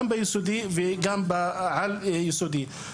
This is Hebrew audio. גם ביסודי וגם בעל ייסודי.